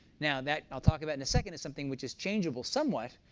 now that i'll talk about in a second is something which is changeable somewhat,